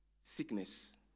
sickness